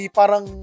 parang